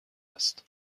است